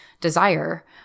desire